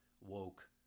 woke